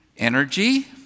Energy